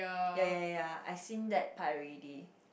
ya ya ya ya I seen that part already